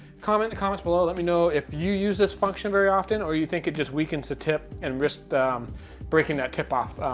comment in the comments below. let me know if you use this function very often, or you think it just weakens the tip and risks breaking that tip off.